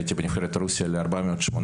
הייתי בנבחרת רוסיה ל-400/800